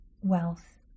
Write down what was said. wealth